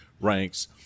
ranks